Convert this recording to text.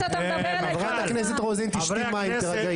חברת הכנסת רוזין, תשתי מים, תירגעי.